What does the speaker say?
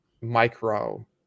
micro